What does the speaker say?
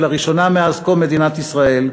ולראשונה מאז קום מדינת ישראל,